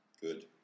good